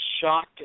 shocked